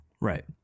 Right